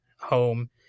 home